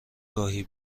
گاهی